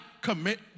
commit